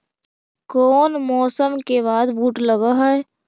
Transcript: कोन मौसम के बाद बुट लग है?